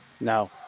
No